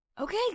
Okay